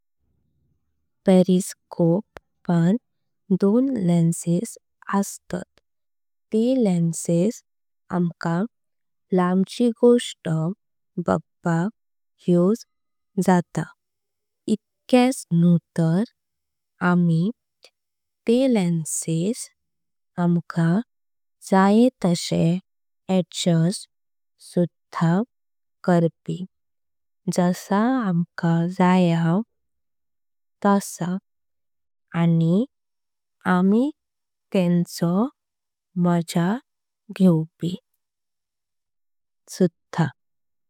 पेरिस्कोप पान दोन लेन्सेस अस्तात ते लेन्सेस आमका। लांबची गोष्ट बगपाक उसे जात इतक्याच न्हू तर आमी। ते लेन्सेस आमका जायें तशे अड्जस्ट सुधा करपी जसें। आमका जायें तशा आणि आमी तेंचो माज्हा घेवपी।